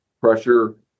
pressure